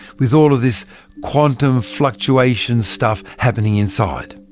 with all of this quantum fluctuation stuff happening inside.